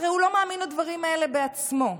הרי הוא לא מאמין לדברים האלה בעצמו.